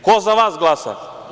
Ko za vas glasa?